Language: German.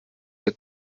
der